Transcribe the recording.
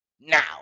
now